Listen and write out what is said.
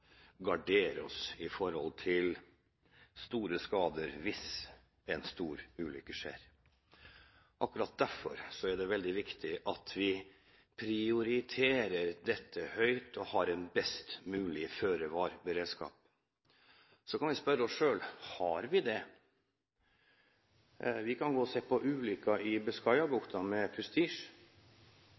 gardere seg mot store skader hvis en stor ulykke skjer. Akkurat derfor er det veldig viktig at vi prioriterer dette høyt, og har en best mulig føre-var-beredskap. Så kan vi spørre oss selv: Har vi det? Vi kan se på ulykken i Biscayabukta med